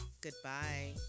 Goodbye